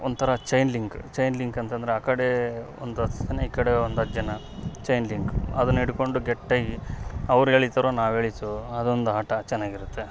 ಒಂಥರ chain link chain link ಅಂತಂದ್ರೆ ಆ ಕಡೆ ಒಂದು ಹತ್ತು ಜನ ಈ ಕಡೆ ಒಂದು ಹತ್ತು ಜನ ಚೈನ್ ಲಿಂಕ್ ಅದನ್ನು ಹಿಡ್ಕೊಂಡು ಗಟ್ಟಿಯಾಗಿ ಅವ್ರು ಎಳೀತಾರೋ ನಾವು ಎಳಿತೆವೋ ಅದೊಂದು ಆಟ ಚೆನ್ನಾಗಿರುತ್ತೆ